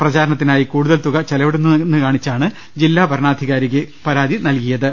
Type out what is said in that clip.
പ്രചാരണത്തിനായി കൂടുതൽ തുക ചെലവിടുന്നുവെന്ന് കാണിച്ചാണ് ജില്ലാ വരണാധികാരിക്ക് പരാതി നൽകിയത്